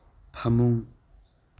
ꯐꯃꯨꯡ